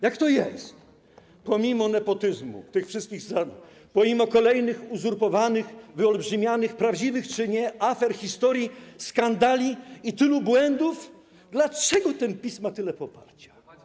Jak to jest, że pomimo nepotyzmu tych wszystkich osób, pomimo kolejnych uzurpowanych, wyolbrzymianych, prawdziwych czy nie afer, historii, skandali i tylu błędów, PiS ma tyle poparcia?